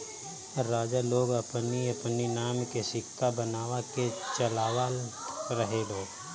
राजा लोग अपनी अपनी नाम के सिक्का बनवा के चलवावत रहे लोग